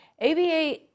ABA